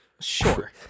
sure